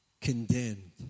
condemned